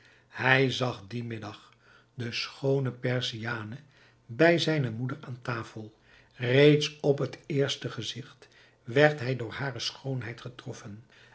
hij zag dien middag de schoone perziane bij zijne moeder aan tafel reeds op het eerste gezigt werd hij door hare schoonheid getroffen